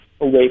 away